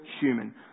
human